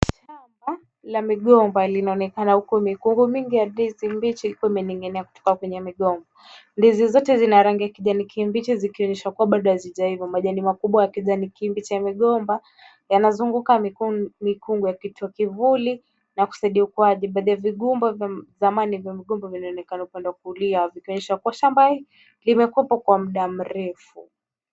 Shamba la migomba linaonekana huku mikungu mingi ya ndizi mbichi imening'inia kutoka kwenye migomba. Ndizi zote zina rangi ya kijani kibichi zikionyesha kua bado hazijaiva. Majani makubwa ya kijani kibichi ya migomba yanazunguka mikungu yakitoa kivuli na kusaidia ukuaji. Baadhi ya vigomba vya migomba vinaonekana upande wa kulia vikionyesha shamba hii imekuwepo kwa muda mrefu.